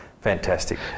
fantastic